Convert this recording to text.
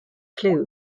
clue